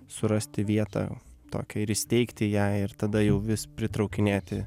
surasti vietą tokią ir įsteigti ją ir tada jau vis pritraukinėti